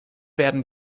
werden